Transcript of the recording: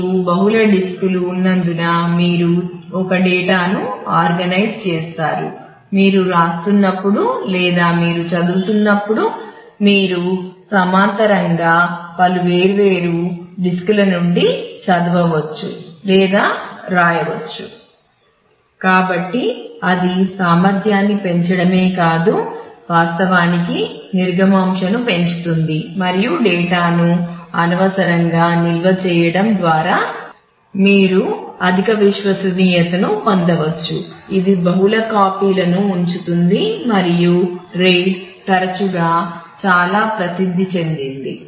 మీకు బహుళ డిస్కులు ఉన్నందున మీరు ఒక డేటాలను ఉంచుతుంది మరియు RAID తరచుగా చాలా ప్రసిద్ది చెందింది